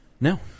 No